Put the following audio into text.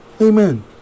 Amen